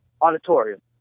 auditorium